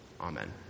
Amen